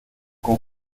con